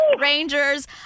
Rangers